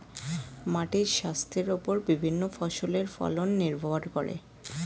মাটির স্বাস্থ্যের ওপর বিভিন্ন ফসলের ফলন নির্ভর করে